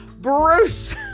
Bruce